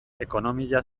ekonomia